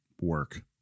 work